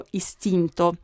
istinto